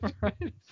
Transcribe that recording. Right